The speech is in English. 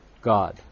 God